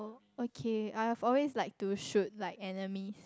okay I've always like to shoot like enemies